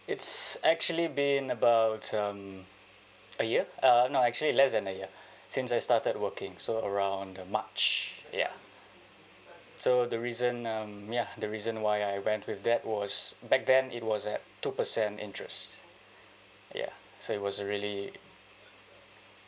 it's actually been about um a year uh no actually less than a year since I started working so around march ya so the reason um ya the reason why I went with that was back then it was at two percent interest ya so it was a really